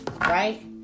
right